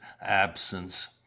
absence